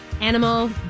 Animal